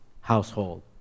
household